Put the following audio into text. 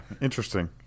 interesting